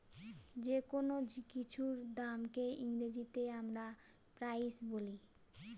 যেকোনো কিছুর দামকে ইংরেজিতে আমরা প্রাইস বলি